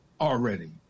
already